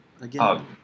again